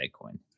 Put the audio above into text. Bitcoin